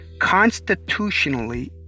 constitutionally